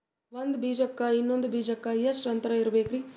ಒಂದ್ ಬೀಜಕ್ಕ ಇನ್ನೊಂದು ಬೀಜಕ್ಕ ಎಷ್ಟ್ ಅಂತರ ಇರಬೇಕ್ರಿ?